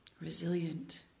resilient